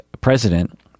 president